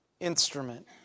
instrument